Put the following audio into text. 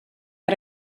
how